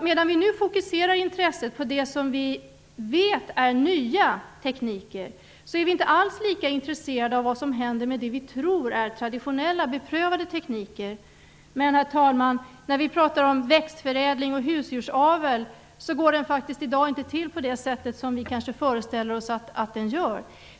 Medan vi nu fokuserar intresset på det vi vet är nya tekniker, är vi inte alls lika intresserade av vad som händer med det vi tror är traditionella, beprövade tekniker. Herr talman! Vi pratar om växtförädling och husdjursavel. Det går i dag faktiskt inte till på det sätt vi kanske föreställer oss att det gör.